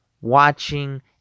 watching